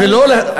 חבר הכנסת.